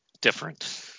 different